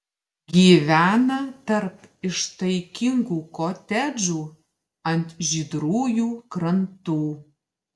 gyvena tarp ištaigingų kotedžų ant žydrųjų krantų